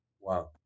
wow